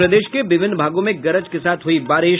और प्रदेश के विभिन्न भागों में गरज के साथ हुई बारिश